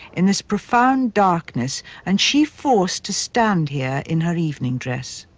in this profound darkness and she forced to stand here in her evening dress.